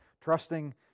trusting